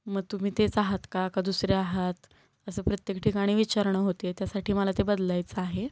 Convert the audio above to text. मग तुम्ही तेच आहात का का दुसरे आहात असं प्रत्येक ठिकाणी विचारणा होते आहे त्यासाठी मला ते बदलायचं आहे